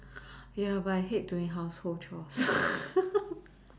ya but I hate doing household chores